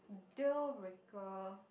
deal breaker